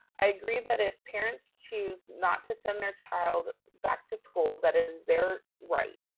i agree that if parents choose not to send their child back to school, that it is their right.